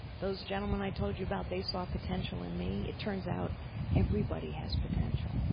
those gentleman i told you about, they saw potential in me, it turns out everybody has potential.